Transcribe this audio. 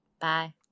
Bye